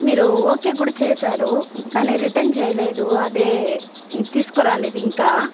మీరు ఓకే కూడా చేశారు రిటర్న్ కానీ చేయలేదు అదే తీసుకురాలేదు ఇంకా